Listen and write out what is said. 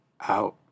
out